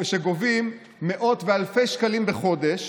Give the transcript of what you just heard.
שגובים מאות ואלפי שקלים בחודש